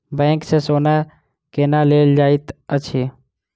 bank सँ सोना केना लेल जाइत अछि